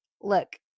look